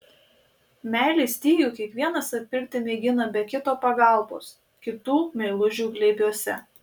meilės stygių kiekvienas atpirkti mėgina be kito pagalbos kitų meilužių glėbiuose